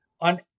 on